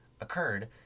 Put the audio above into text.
occurred